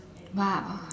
!wow!